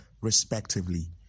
respectively